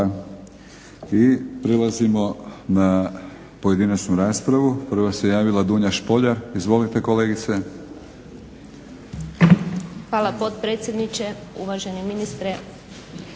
I prelazimo na pojedinačnu raspravu. Prva se javila Dunja Špoljar. Izvolite kolegice. **Špoljar, Dunja (SDP)** Hvala, potpredsjedniče. Uvaženi ministre,